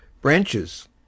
Branches